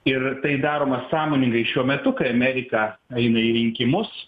ir tai daroma sąmoningai šiuo metu kai amerika eina į rinkimus